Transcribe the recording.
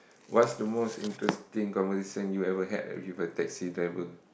what's the most interesting conversation you ever had with a taxi driver